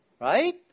right